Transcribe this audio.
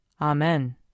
Amen